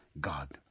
God